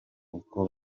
uko